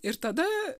ir tada